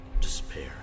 despair